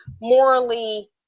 morally